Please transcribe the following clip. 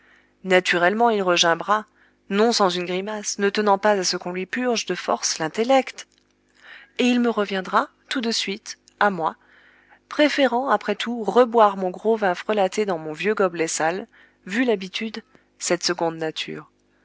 naturellement il regimbera non sans une grimace ne tenant pas à ce qu'on lui purge de force l'intellect et il me reviendra tout de suite à moi préférant après tout reboire mon gros vin frelaté dans mon vieux gobelet sale vu l'habitude cette seconde nature